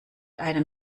einem